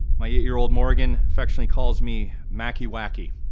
my eight year old morgan affectionately calls me, macky wacky,